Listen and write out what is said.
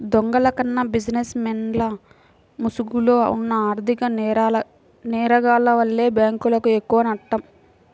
దొంగల కన్నా బిజినెస్ మెన్ల ముసుగులో ఉన్న ఆర్ధిక నేరగాల్ల వల్లే బ్యేంకులకు ఎక్కువనష్టం